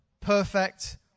perfect